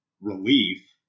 relief